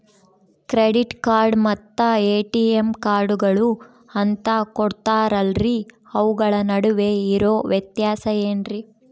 Credit card ಮತ್ತ ATM ಕಾರ್ಡುಗಳು ಅಂತಾ ಕೊಡುತ್ತಾರಲ್ರಿ ಅವುಗಳ ನಡುವೆ ಇರೋ ವ್ಯತ್ಯಾಸ ಏನ್ರಿ?